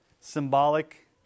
symbolic